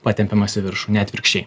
patempiamas į viršų ne atvirkščiai